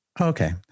Okay